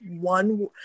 one